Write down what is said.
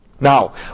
Now